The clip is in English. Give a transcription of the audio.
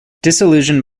disillusioned